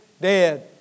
dead